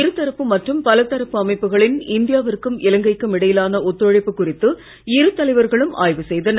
இருதரப்பு மற்றும் பலதரப்பு அமைப்புகளின் இந்தியாவிற்கும் இலங்கைக்கும் இடையிலான ஒத்துழைப்பு குறித்து இரு தலைவர்களும் ஆய்வு செய்தனர்